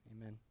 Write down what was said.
Amen